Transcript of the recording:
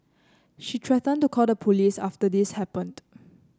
she threatened to call the police after this happened